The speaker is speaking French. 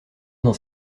dans